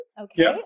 Okay